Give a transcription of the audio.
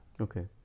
Okay